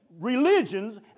religions